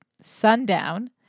Sundown